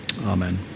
Amen